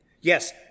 Yes